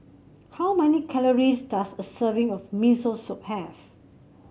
how many calories does a serving of Miso Soup have